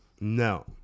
No